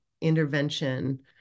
intervention